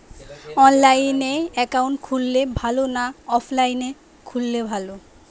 অনলাইনে একাউন্ট খুললে ভালো না অফলাইনে খুললে ভালো?